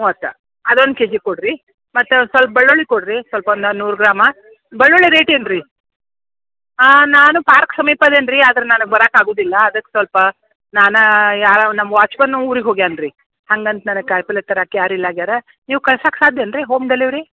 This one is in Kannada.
ಮೂವತ್ತಾ ಅದೊಂದು ಕೆ ಜಿ ಕೊಡಿರಿ ಮತ್ತು ಸ್ವಲ್ಪ ಬೆಳ್ಳುಳ್ಳಿ ಕೊಡಿರಿ ಸ್ವಲ್ಪ ಒಂದು ನೂರು ಗ್ರಾಮ ಬೆಳ್ಳುಳ್ಳಿ ರೇಟ್ ಏನು ರೀ ಹಾಂ ನಾನು ಪಾರ್ಕ್ ಸಮೀಪ ಇದೇನೆ ರೀ ಆದರೆ ನನಗೆ ಬರಕ್ಕೆ ಆಗೋದಿಲ್ಲ ಅದಕ್ಕೆ ಸ್ವಲ್ಪ ನಾನು ಯಾವ್ಯಾವ ನಮ್ಮ ವಾಚ್ಮನ್ನು ಊರಿಗೆ ಹೋಗ್ಯಾನೆ ರೀ ಹಂಗಂತ ನನಗೆ ಕಾಯಿಪಲ್ಯ ತರಕ್ಕೆ ಯಾರೂ ಇಲ್ಲ ಆಗ್ಯಾರೆ ನೀವು ಕಳ್ಸಕ್ಕೆ ಸಾಧ್ಯ ಅನ್ರೀ ಹೋಮ್ ಡೆಲವರಿ